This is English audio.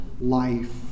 life